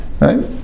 Right